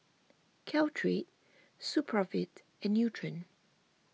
Caltrate Supravit and Nutren